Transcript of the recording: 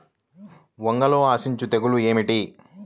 వంగలో ఆశించు తెగులు ఏమిటి?